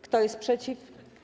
Kto jest przeciw?